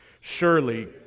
Surely